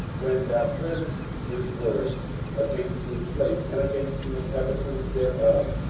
when thou heardest his words against this place, and against the inhabitants thereof,